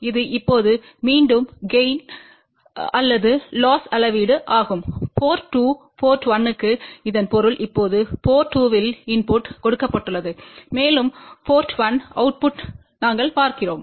இது இப்போது மீண்டும் கெய்ன் அல்லது லொஸ்ன் அளவீடு ஆகும் போர்ட் 2 போர்ட் 1 க்கு இதன் பொருள் இப்போது போர்ட் 2 இல் இன்புட் கொடுக்கப்பட்டுள்ளது மேலும் போர்ட் 1அவுட்புட் நாங்கள் பார்க்கிறோம்